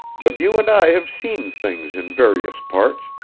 but you and i have seen things in various parts,